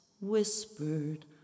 whispered